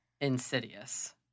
Insidious